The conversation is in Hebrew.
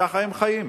וככה הם חיים.